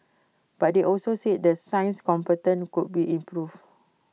but they also said the science component could be improve